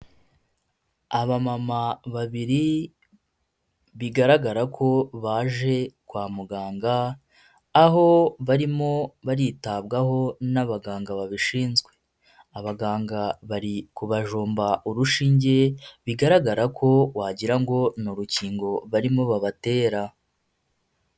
Abamama babiri bigaragara ko baje kwa muganga, aho barimo baritabwaho n'abaganga babishinzwe. Abaganga bari kubajomba urushinge bigaragara ko wagira ngo ni urukingo barimo babatera.